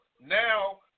now